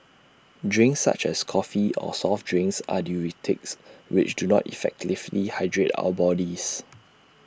drinks such as coffee or soft drinks are diuretics which do not effectively hydrate our bodies